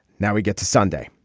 now we get to sunday,